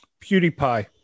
PewDiePie